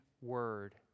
word